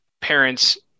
parents